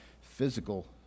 physical